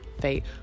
fate